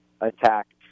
attacked